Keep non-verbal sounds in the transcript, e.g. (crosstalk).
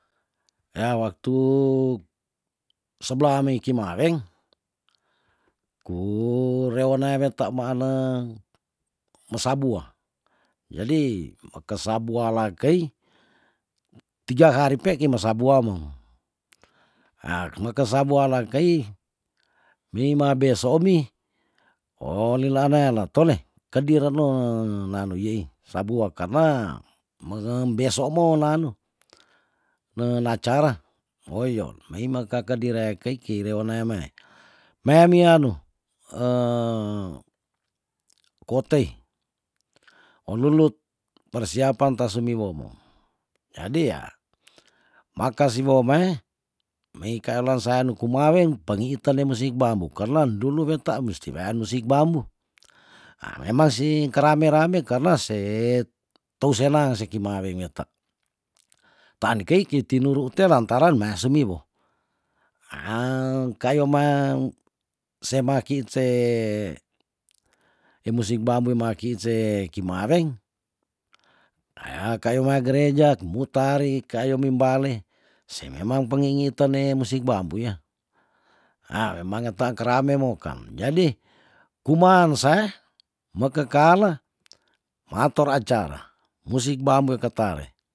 Yah waktu seblah mei kimaweng ku rewona weta meane mesabua jadi mekesebua lakei tiga hari pe kima sabua mong ah kemeke sebua lakei meima besomi oh leilanaya latole kedi reno nanuyei sabua karna menge beso mo nanu ne nacara ohiyon meimekake dire keiki rewonae mei meimi anu (hesitation) kotei olulut persiapan ta sumiwomo jadi yah makasimo mei wei kaalaa sanu kumaweng pengiitane musik bambu karna dulu weta musti wean musik bambu ah memang si kerame rame karna se tou senang si kimaweng weta taan kei ki tinuru te lantaran mea sumiwo (hesitation) kayo maan semakit se e musik bambu maakit se kimaweng ayah kayuma gereja kimu tari kaayomi mbale sememang pengingitane musik bambu yah ah memang eta kerame mokang jadi kumaan sae mekekala meator acara musik bambue ketale